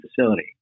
facility